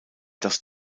dass